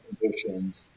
conditions